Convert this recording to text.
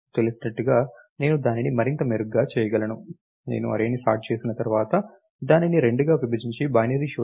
తెలిసినట్లుగా నేను దానిని మరింత మెరుగ్గా చేయగలను నేను అర్రేని సార్ట్ చేసిన తర్వాత దానిని రెండుగా విభజించి బైనరీ శోధన చేయగలను